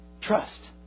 Trust